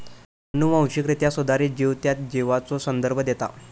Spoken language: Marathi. अनुवांशिकरित्या सुधारित जीव त्या जीवाचो संदर्भ देता